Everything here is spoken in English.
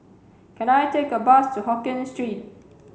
can I take a bus to Hokkien Street